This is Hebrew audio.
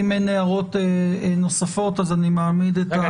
אם אין הערות נוספות, אז אני מעמיד את --- רגע.